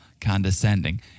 condescending